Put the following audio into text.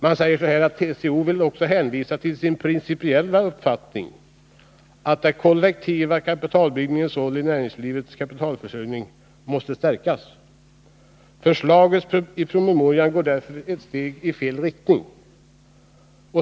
Man säger: ”TCO vill också hänvisa till sin principella uppfattning att den kollektiva kapitalbildningens roll i näringslivets kapitalförsörjning måste stärkas. Förslaget i promemorian innebär därför ett steg i fel riktning.